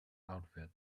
outfit